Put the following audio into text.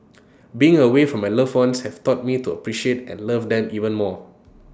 being away from my loved ones has taught me to appreciate and love them even more